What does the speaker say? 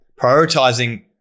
prioritizing